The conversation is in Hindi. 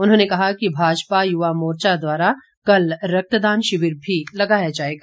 उन्होंने कहा कि भाजपा युवा मोर्चा द्वारा कल रक्तदान शिविर भी लगाया जाएगा